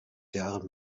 jahren